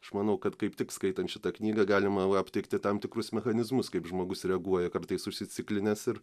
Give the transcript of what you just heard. aš manau kad kaip tik skaitant šitą knygą galima aptikti tam tikrus mechanizmus kaip žmogus reaguoja kartais užsiciklinęs ir